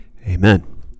Amen